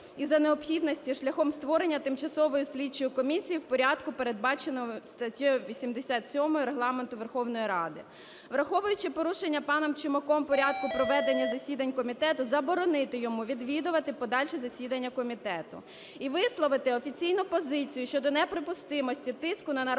і, за необхідності, шляхом створення тимчасової слідчої комісії в порядку, передбаченому статтею 87 Регламенту Верховної Ради. Враховуючи порушення паном Чумаком порядку проведення засідань комітету, заборонити йому відвідувати подальші засідання комітету і висловити офіційну позицію щодо неприпустимості тиску на народних